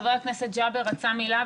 חבר הכנסת ג'אבר רצה מילה,